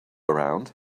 around